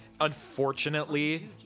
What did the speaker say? Unfortunately